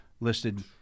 listed